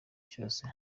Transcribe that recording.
cyose